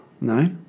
No